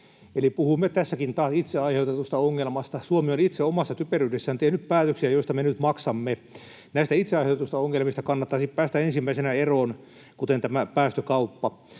puhumme tässäkin taas itse aiheutetusta ongelmasta. Suomi on itse omassa typeryydessään tehnyt päätöksiä. joista me nyt maksamme. Näistä itse aiheutetuista ongelmista, kuten päästökauppa, kannattaisi päästä ensimmäisenä eroon. Saksa on meitä 13 kertaa